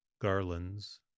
garlands